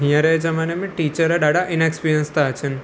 हीअंर जे ज़माने में टीचर ॾाढा इनएक्सपीरियंस था अचनि